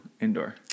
indoor